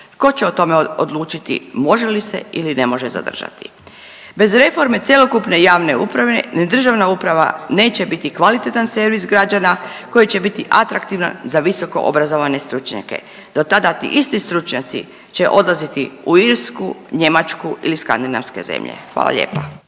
Tko će o tome odlučiti može li se ili ne može zadržati? Bez reforme cjelokupne javne uprave ni državna uprava neće biti kvalitetan servis građana koji će biti atraktivan za visokoobrazovane stručnjake, do tada ti isti stručnjaci će odlaziti u Irsku, Njemačku ili Skandinavske zemlje. Hvala lijepa.